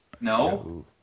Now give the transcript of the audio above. No